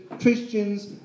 Christians